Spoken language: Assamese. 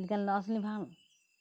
আজিকালি ল'ৰা ছোৱালী ভাল